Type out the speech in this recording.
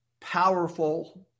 powerful